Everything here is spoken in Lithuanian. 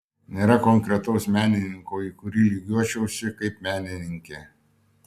nėra konkretaus menininko į kurį lygiuočiausi kaip menininkė